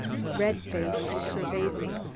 red-faced, he surveyed me.